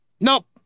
Nope